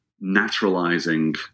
naturalizing